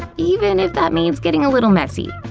even if that means getting a little messy.